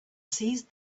seized